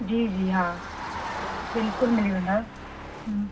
जी जी हा बिल्कुलु मिली वेंदव हम्म